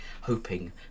hoping